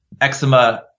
eczema